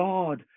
God